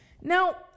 Now